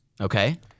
Okay